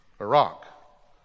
Iraq